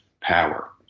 power